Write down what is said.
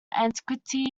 antiquity